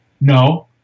No